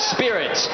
Spirit